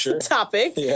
topic